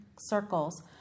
circles